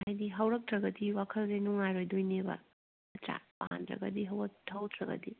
ꯍꯥꯏꯗꯤ ꯍꯧꯔꯛꯇ꯭ꯔꯒꯗꯤ ꯋꯥꯈꯜꯁꯦ ꯅꯨꯡꯉꯥꯏꯔꯣꯏꯗꯣꯏꯅꯦꯕ ꯅꯠꯇ꯭ꯔꯥ ꯄꯥꯟꯗ꯭ꯔꯥꯒꯗꯤ ꯍꯧꯗ꯭ꯔꯥꯒꯗꯤ